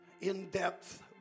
in-depth